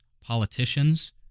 politicians